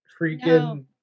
freaking